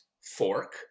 fork